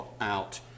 out